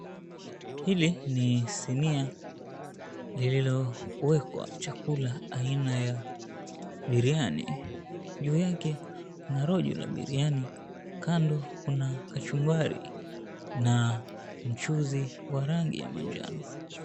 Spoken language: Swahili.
Hili ni sinia lililowekwa chakula aina ya biriani, juu yake kuna rojo la biriani, kando kuna mchuzi wa rangi ya manjano.